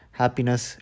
happiness